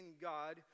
God